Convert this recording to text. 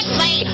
say